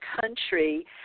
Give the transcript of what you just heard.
country